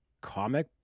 comic